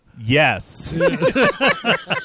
yes